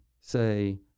say